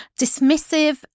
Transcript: dismissive